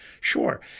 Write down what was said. Sure